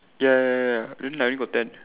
ya ya ya ya ya only I only got ten